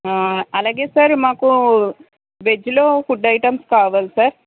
అలాగే సార్ మాకు వెజ్లో ఫుడ్ ఐటమ్స్ కావాలి సార్